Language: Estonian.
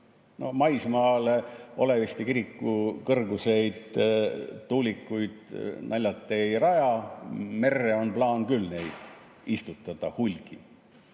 Maismaale Oleviste kiriku kõrguseid tuulikuid naljalt ei raja. Merre on plaan neid istutada hulgi.